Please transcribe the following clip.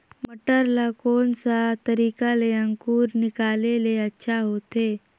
मटर ला कोन सा तरीका ले अंकुर निकाले ले अच्छा होथे?